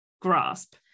grasp